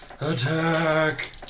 Attack